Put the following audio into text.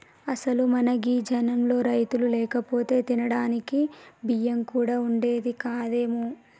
అసలు మన గీ జనంలో రైతులు లేకపోతే తినడానికి బియ్యం కూడా వుండేది కాదేమో